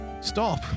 stop